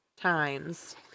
times